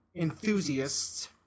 enthusiasts